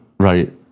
Right